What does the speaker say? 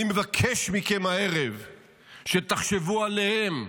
אני מבקש מכם הערב שתחשבו עליהם,